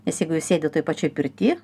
nes jeigu sėdi toj pačioj pirty